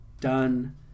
done